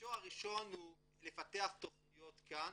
המישור הראשון הוא לפתח תכניות כאן